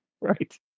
right